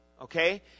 okay